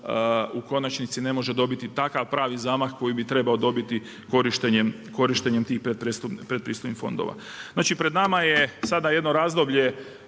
u konačnici ne može dobiti takav pravi zamah koji bi trebao dobiti korištenjem tih predpristupnih fondova. Znači pred nama je sada jedno razdoblje